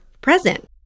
present